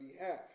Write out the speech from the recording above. behalf